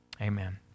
Amen